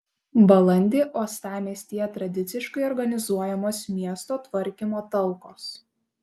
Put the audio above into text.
balandį uostamiestyje tradiciškai organizuojamos miesto tvarkymo talkos